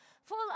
full